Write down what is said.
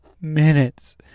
minutes